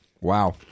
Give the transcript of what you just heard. Wow